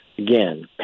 again